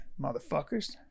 motherfuckers